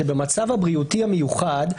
שבמצב הבריאותי המיוחד,